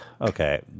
okay